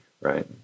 right